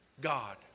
God